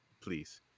please